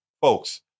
Folks